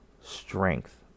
strength